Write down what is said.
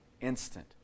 Instant